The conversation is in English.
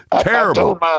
Terrible